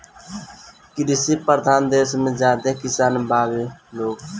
कृषि परधान देस मे ज्यादे किसान बावे लोग